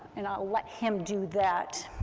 and i'll let him do that.